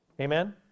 Amen